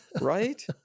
right